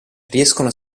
riescono